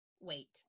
Wait